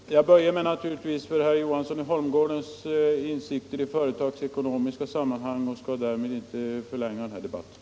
Herr talman! Jag böjer mig ”naturligtvis” för herr Johanssons i Holmgården insikter i företagsekonomiska sammanhang och skall därför inte förlänga den här debatten.